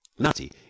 Nutty